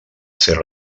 ser